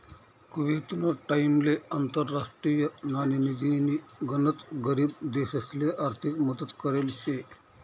कुवेतना टाइमले आंतरराष्ट्रीय नाणेनिधीनी गनच गरीब देशसले आर्थिक मदत करेल शे